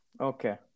Okay